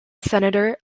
senator